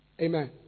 Amen